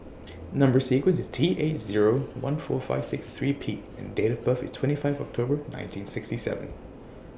Number sequence IS T eight Zero one four five six three P and Date of birth IS twenty five October nineteen sixty seven